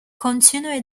continue